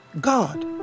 God